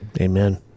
Amen